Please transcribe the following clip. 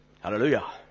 Hallelujah